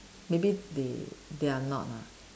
maybe they they are not ah